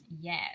Yes